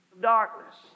darkness